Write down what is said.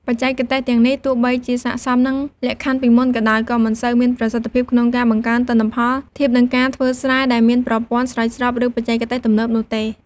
បច្ចេកទេសទាំងនេះទោះបីជាស័ក្តិសមនឹងលក្ខខណ្ឌពីមុនក៏ដោយ ក៏មិនសូវមានប្រសិទ្ធភាពក្នុងការបង្កើនទិន្នផលធៀបនឹងការធ្វើស្រែដែលមានប្រព័ន្ធស្រោចស្រព ឬបច្ចេកទេសទំនើបនោះទេ។